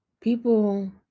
People